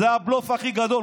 זה הבלוף הכי גדול.